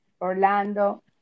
orlando